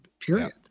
period